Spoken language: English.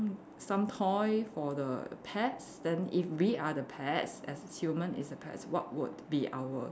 some toy for the pets then if we are the pets as human is the pets what would be our